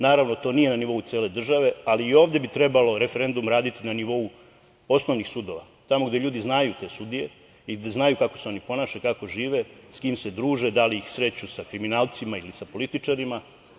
Naravno, to nije na nivou cele države, ali i ovde bi trebalo referendum raditi na nivou osnovnih sudova, tamo gde ljudi znaju te sudije i gde znaju kako se oni ponašaju, kako žive, sa kim se druže, da li ih sreću sa kriminalcima ili sa političarima.